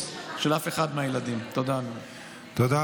טלי